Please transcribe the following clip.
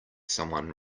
someone